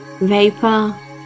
vapor